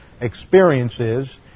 experiences